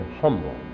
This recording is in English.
humble